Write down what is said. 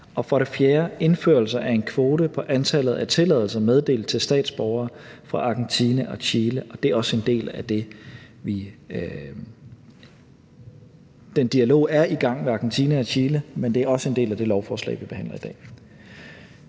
For det fjerde indførelse af en kvote på antallet af tilladelser meddelt til statsborgere fra Argentina og Chile. Den dialog er i gang med Argentina og Chile, men det er også en del af det lovforslag, vi behandler i dag.